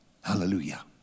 Hallelujah